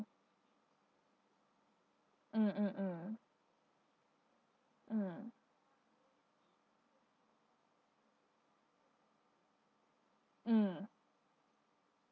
mm mm mm mm mm